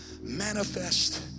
manifest